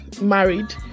Married